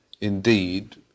indeed